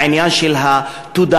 העניין של התודעה,